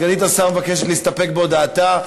סגנית השר מבקשת להסתפק בהודעתה.